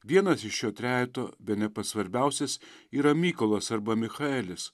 vienas iš šio trejeto bene pats svarbiausias yra mykolas arba michaelis